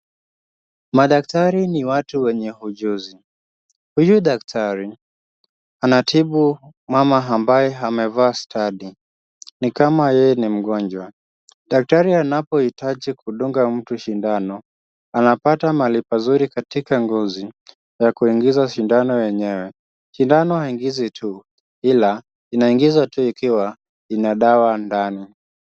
Madaktari ni watu wenye ujuzi, huyu daktari anatibu mama ambaye amevaa stadi, ni kama yeye ni mgonjwa. Daktari anapohitaji kudunga mtu sindano, anapata mahali pazuri katika ngozi ya kuingiza sindano yenyewe. Sindano haiingizwi tu, ila inaingizwa tu ikiwa ina dawa ndani.